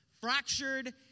fractured